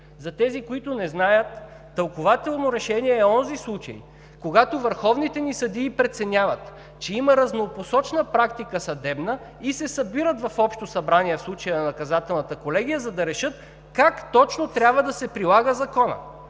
За тези, които не знаят, тълкувателно решение е онзи случай, когато върховните ни съдии преценяват, че има разнопосочна съдебна практика и се събират на общо събрание, в случая на Наказателната колегия, за да решат как точно трябва да се прилага законът.